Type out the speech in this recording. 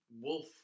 wolf